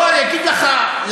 לא, אני אגיד לך למה.